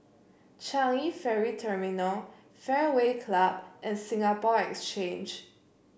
Changi Ferry Terminal Fairway Club and Singapore Exchange